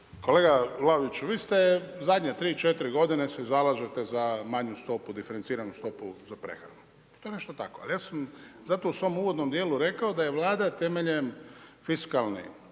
Kolega Vlaoviću, vi ste zadnje tri-četiri godine se zalažete za manju stopu, diferenciranu stopu za prehranu. I to je nešto tako. Ali ja sam zato u svom uvodnom dijelu rekao da je Vlada temeljem fiskalne,